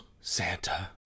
Santa